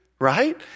right